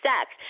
sex